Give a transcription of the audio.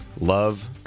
Love